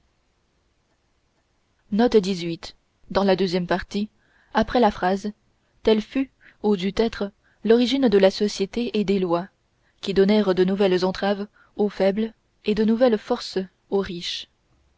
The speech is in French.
telle fut ou dut être l'origine de la société et des lois qui donnèrent de nouvelles entraves au faible et de nouvelles forces au riche